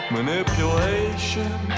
Manipulation